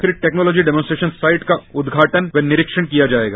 फिर इस technology demonstration site का उद्घाटन व निरीक्षण किया जायेगा